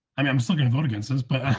i mean i'm still going to vote against this, but